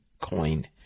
coin